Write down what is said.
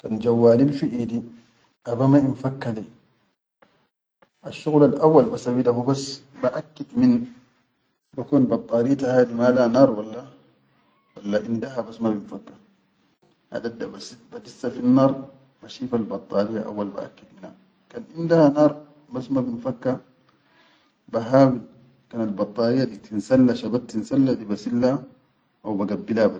Kan jawwalil fi eidi aba ma infakka lai, asshqulal awwal basawwi da hubas baʼakkid min bakon baddarita hadi mala naar walla indaha bas ma binfakka, ha dadda badissa finnar bashifal baddariya awwal ba akkid mina, kan indaha naar bas ma bin fakka bahawil kan albaddariye tinsalla shabattin salla basilla haw ba.